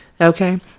okay